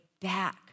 back